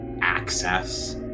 access